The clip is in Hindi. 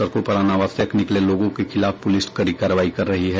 सड़कों पर अनावश्यक निकले लोगों के खिलाफ पुलिस कड़ी कार्रवाई कर रही है